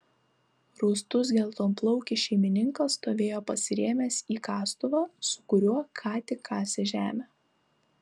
rūstus geltonplaukis šeimininkas stovėjo pasirėmęs į kastuvą su kuriuo ką tik kasė žemę